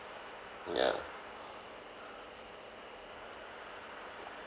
ya